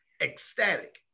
Ecstatic